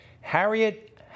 Harriet